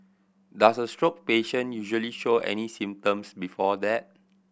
does a stroke patient usually show any symptoms before that